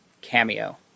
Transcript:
cameo